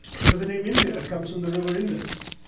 because the name india comes from the river indus,